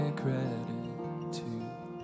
gratitude